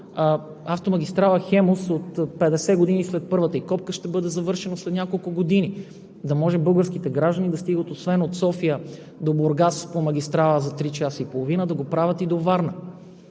автомагистрала „Хемус“, 50 години след първата ѝ копка, ще бъде завършена след няколко години – да може българските граждани да стигат освен от София до Бургас по магистрала за три часа и половина, да го правят и до Варна.